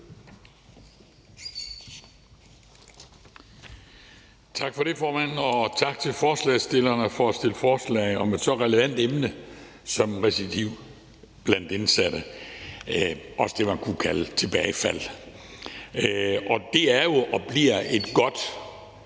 Tak for det, formand. Og tak til forslagsstillerne for at fremsætte forslag om et så relevant emne som recidiv blandt indsatte. Det er det, man også kunne kalde tilbagefald, og det er og bliver jo et godt